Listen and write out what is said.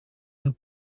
and